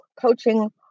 coaching